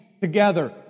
together